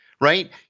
right